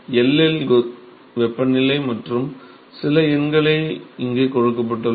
L இல் வெப்பநிலை மற்றும் சில எண்கள் இங்கே கொடுக்கப்பட்டுள்ளன